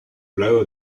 blow